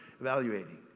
evaluating